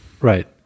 Right